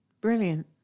Brilliant